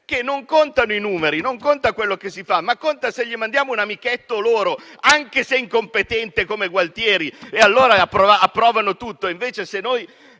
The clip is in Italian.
che non contano i numeri, né quello che si fa, ma conta se gli mandiamo un amichetto loro, anche se incompetente come Gualtieri, perché allora approvano tutto,